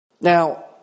Now